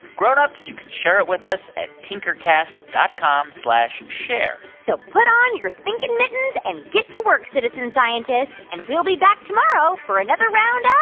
grown-ups, you can share it with us at tinkercast dot com share so put on your thinking mittens and get to work, citizen scientists. and we'll be back tomorrow for another round ah